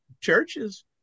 churches